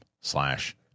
slash